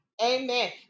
Amen